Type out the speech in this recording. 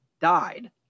died